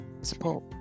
support